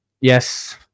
Yes